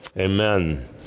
Amen